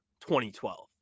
2012